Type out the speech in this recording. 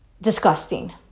disgusting